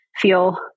Feel